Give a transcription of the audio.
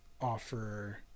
offer